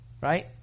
Right